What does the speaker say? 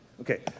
Okay